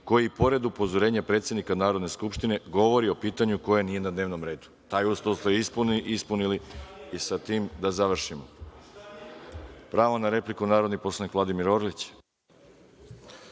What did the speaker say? koji pored upozorenja predsednika Narodne skupštine govori o pitanju koje nije na dnevnom redu. Taj uslov ste ispunili i sa tim da završimo. Pravo na repliku, narodni poslanik Vladimir Orlić.(Boško